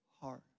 heart